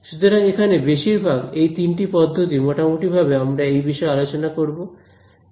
সুতরাং এখানে বেশিরভাগ এই তিনটি পদ্ধতি মোটামুটিভাবে আমরা এই বিষয়ে আলোচনা করব